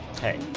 Hey